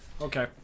Okay